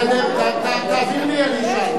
בסדר, תעביר לי, אני אשאל.